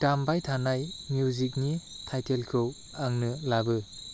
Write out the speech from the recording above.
दामबाय थानाय मिउजिकनि टाइटेलखौ आंनो लाबो